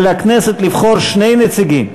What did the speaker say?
על הכנסת לבחור שני נציגים.